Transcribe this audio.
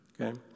okay